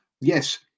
Yes